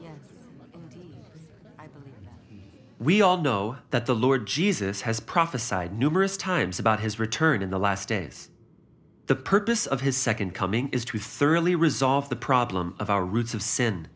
we all know that the lord jesus has prophesied numerous times about his return in the last days the purpose of his second coming is to thoroughly resolve the problem of our roots of sin